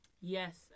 Yes